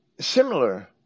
Similar